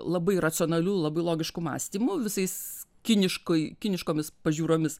labai racionaliu labai logišku mąstymu visais kiniškai kiniškomis pažiūromis